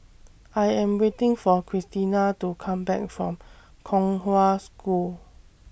I Am waiting For Christina to Come Back from Kong Hwa School